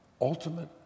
ultimate